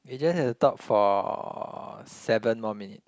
we just have to talk for seven more minute